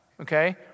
okay